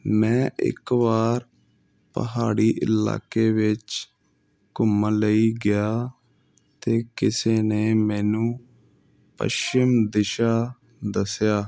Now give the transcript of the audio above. ਮੈਂ ਇੱਕ ਵਾਰ ਪਹਾੜੀ ਇਲਾਕੇ ਵਿੱਚ ਘੁੰਮਣ ਲਈ ਗਿਆ ਅਤੇ ਕਿਸੇ ਨੇ ਮੈਨੂੰ ਪਸ਼ਚਿਮ ਦਿਸ਼ਾ ਦੱਸਿਆ